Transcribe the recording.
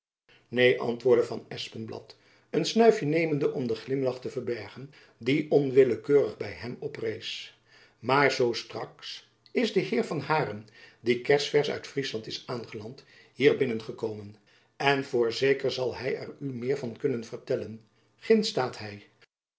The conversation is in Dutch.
neen antwoordde van espenblad een snuifjen nemende om den glimlach te verbergen die onwillekeurig by hem oprees maar zoo straks is de heer van haren die kers vers uit friesland is aangeland hier binnen gekomen en voorzeker zal jacob van lennep elizabeth musch hy er u meer van kunnen vertellen ginds staat hy